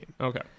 Okay